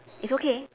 it's okay